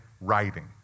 writing